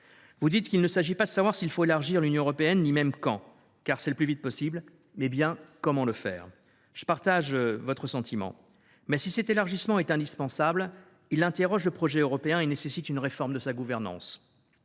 Vous dites qu’il s’agit de savoir non pas s’il faut élargir l’Union européenne ni même quand – la réponse est le plus vite possible –, mais bien comment le faire. Je partage votre sentiment. Mais, si cet élargissement est indispensable, il interroge le projet européen et nécessite une réforme de sa gouvernance.